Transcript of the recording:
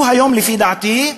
הוא היום, לפי דעתי,